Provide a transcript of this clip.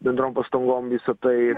bendrom pastangom visa tai